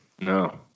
No